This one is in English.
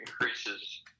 increases